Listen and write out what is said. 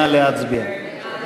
נא להצביע.